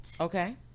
Okay